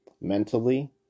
mentally